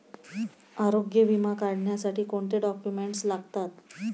आरोग्य विमा काढण्यासाठी कोणते डॉक्युमेंट्स लागतात?